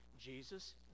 Jesus